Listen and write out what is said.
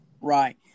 Right